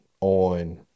on